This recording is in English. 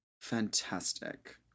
fantastic